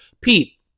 Pete